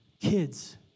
Kids